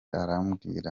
arambwira